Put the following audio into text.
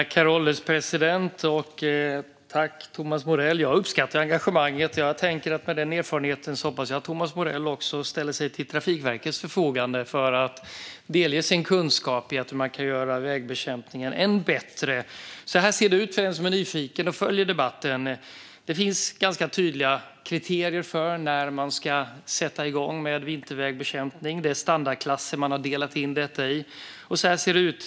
Herr ålderspresident! Jag uppskattar Thomas Morell engagemang. Jag hoppas att han med sin erfarenhet ställer sig till Trafikverkets förfogande för att delge sin kunskap om hur man kan göra halkbekämpningen ännu bättre. Det finns tydliga kriterier för när man ska sätta igång med vintervägbekämpning. Man har delat in det i standardklasser. För den som är nyfiken och följer debatten kan jag berätta hur det ser ut.